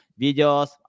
videos